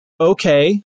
okay